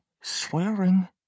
swearing